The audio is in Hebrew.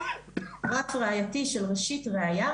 רף ראייתי של ראשית ראייה,